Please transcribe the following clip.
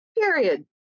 period